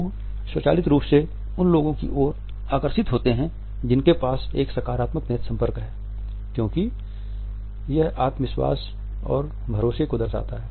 लोग स्वचालित रूप से उन लोगों की ओर आकर्षित होते हैं जिनके पास एक सकारात्मक नेत्र संपर्क है क्योंकि यह आत्मविश्वास और भरोसे को दर्शाता है